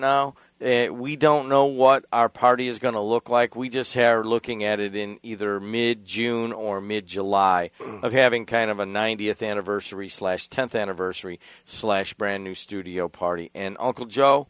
now we don't know what our party is going to look like we just hair looking at it in either meet june or mid july of having kind of a ninetieth anniversary slash tenth anniversary slash brand new studio party and uncle joe